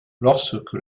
lorsque